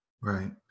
right